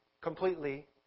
completely